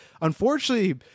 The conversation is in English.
unfortunately